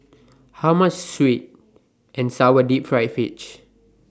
How much Sweet and Sour Deep Fried Fish